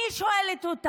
אני שואלת אותם: